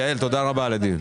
יעל, תודה רבה על הדיון.